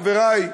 חברי,